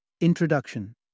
Introduction